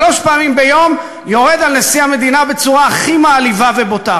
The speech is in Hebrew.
שלוש פעמים ביום יורד על נשיא המדינה בצורה הכי מעליבה ובוטה.